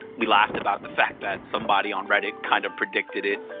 we laughed about the fact that somebody on reddit kind of predicted it.